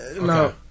No